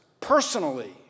personally